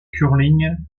curling